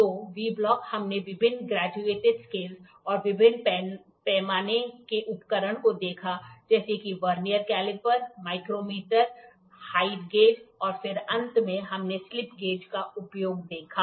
तो V block हमने विभिन्न ग्रेडयू्एटड स्केलस और विभिन्न पैमाने के उपकरणों को देखा जैसे कि vernier caliper micrometer height gauge और फिर अंत में हमने स्लिप गेज का उपयोग देखा